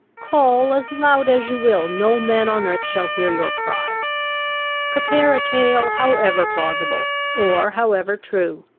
call as loud as you will, no man on earth shall hear your cries prepare a tale however plausible, or however true,